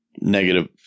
negative